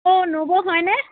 অঁ নবৌ হয়নে